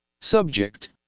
Subject